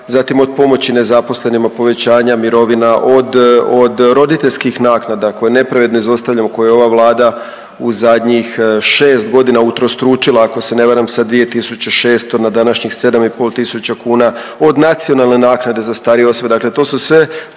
Zatim od pomoći nezaposlenima, povećanja mirovina, od roditeljskih naknada koje nepravedno izostavljamo, koje ova Vlada u zadnjih 6 godina utrostručila ako se ne varam sa 2006. na današnjih 7 i pol tisuća kuna, od nacionalne naknade za starije osobe.